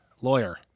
lawyer